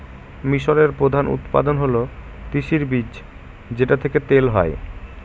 মিশরের প্রধান উৎপাদন হল তিসির বীজ যেটা থেকে তেল হয়